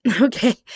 Okay